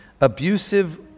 abusive